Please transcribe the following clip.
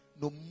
No